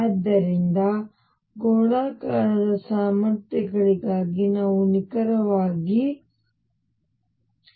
ಆದ್ದರಿಂದ ಗೋಳಾಕಾರದ ಸಾಮರ್ಥ್ಯಗಳಿಗಾಗಿ ನಾವು ನಿಖರವಾಗಿ ಅದೇ ಕೆಲಸವನ್ನು ಮಾಡುತ್ತೇವೆ